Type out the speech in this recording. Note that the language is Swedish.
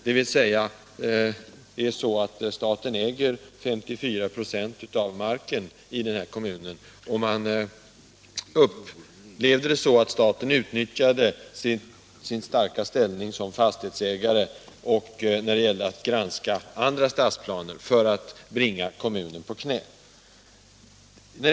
Staten äger nämligen 54 926 av marken i Solna kommun. I kommunen upplevde man situationen så, att staten utnyttjade sin starka ställning som fastighetsägare och, när det gällde att granska andra stadsplaner, för att bringa kommunen på knä.